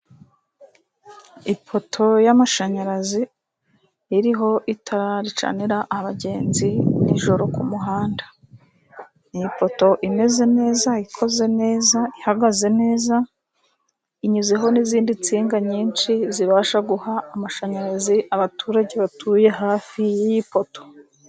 Ipoto y'amashanyarazi iriho itara ricanira abagenzi nijoro kumuhanda, ni ipoto imeze neza, ikoze neza, ihagaze neza, inyuzeho n'izindi nsinga nyinshi zibasha guha amashanyarazi abatur age batuye hafi y'iyipoto.